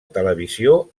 televisió